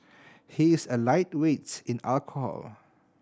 he is a lightweight in alcohol